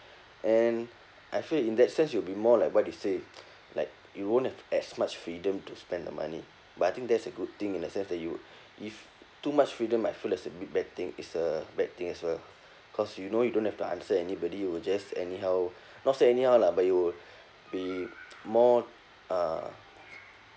and I feel in that sense you'll be more like what they say like you won't have as much freedom to spend the money but I think that's a good thing in a sense that you if too much freedom I feel like is a bit bad thing is a bad thing as well cause you know you don't have to answer anybody you will just anyhow not say anyhow lah but you'll be more uh